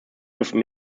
dürften